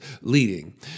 leading